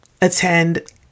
attend